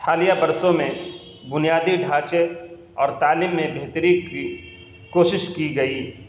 حالیہ برسوں میں بنیادی ڈھانچے اور تعلیم میں بہتری کی کوشش کی گئی